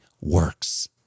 works